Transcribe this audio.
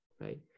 right